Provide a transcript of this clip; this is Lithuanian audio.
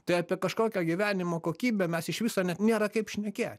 tai apie kažkokią gyvenimo kokybę mes iš viso net nėra kaip šnekė